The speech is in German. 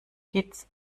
kitts